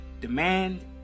demand